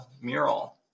mural